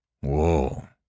Whoa